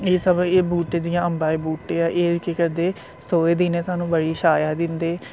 एह् सब एह् बूह्टे जियां अम्बा दे बूह्टे ऐ एह् केह् करदे सोहे दिनें साह्नू बड़ी छायां दिंदे